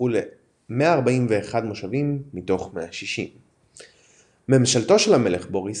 זכו ל-141 מושבים מתוך 160. ממשלתו של המלך בוריס